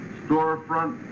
storefront